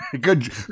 good